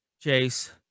Chase